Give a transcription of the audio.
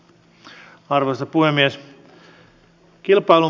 arvoisa puhemies